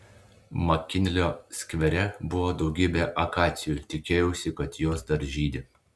makinlio skvere buvo daugybė akacijų tikėjausi kad jos dar žydi